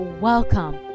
welcome